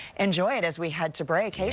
enjoy it as we head to break.